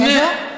חינוך?